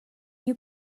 you